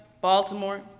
Baltimore